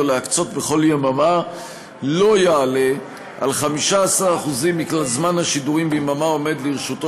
להקצות בכל יממה לא יעלה על 15% מכלל זמן השידורים ביממה העומד לרשותו,